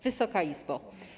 Wysoka Izbo!